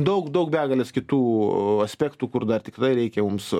daug daug begalės kitų aspektų kur dar tikrai reikia mums